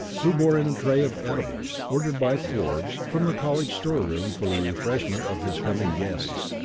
who bore in a tray of eatables, ordered by forbes from the college store-room for the refreshment of his coming guests.